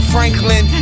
Franklin